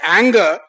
anger